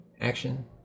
action